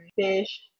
Fish